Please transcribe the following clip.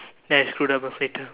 then I screwed up